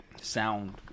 Sound